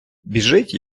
біжить